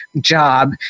job